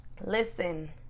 Listen